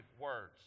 words